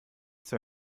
zur